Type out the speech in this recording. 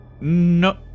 No